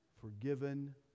forgiven